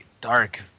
dark